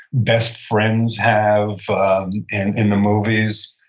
best friends have and in the movies.